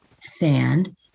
sand